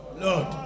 Lord